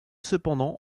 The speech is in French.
cependant